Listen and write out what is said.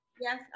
Yes